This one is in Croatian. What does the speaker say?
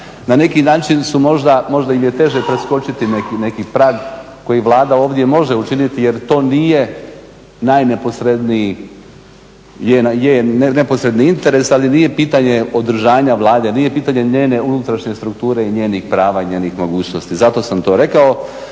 na neki način su možda, možda im je teže preskočiti neki prag koji Vlada ovdje može učiniti jer to nije najneposredniji, je neposredni interes ali nije pitanje održanja Vlade, nije pitanje njene unutrašnje strukture i njenih prava i njenih mogućnosti. Zato sam to rekao.